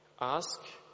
Ask